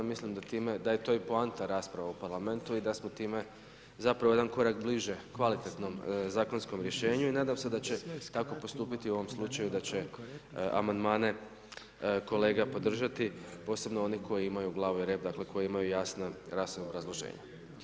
Mislim da time, da je to i poanta rasprave u Parlamentu i da smo time zapravo jedan korak bliže kvalitetnom zakonskom rješenju i nadam se da će tako postupiti u ovom slučaju da će amandmane kolega podržati posebno one koji imaju glavu i rep, dakle koji imaju jasna obrazloženja.